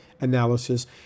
analysis